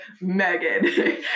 Megan